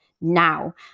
now